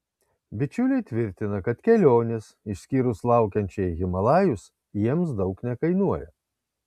bičiuliai tvirtina kad kelionės išskyrus laukiančią į himalajus jiems daug nekainuoja